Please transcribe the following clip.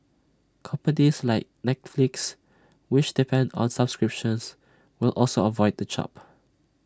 companies like Netflix which depend on subscriptions will also avoid the chop